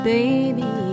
Baby